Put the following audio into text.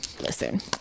listen